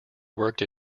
worked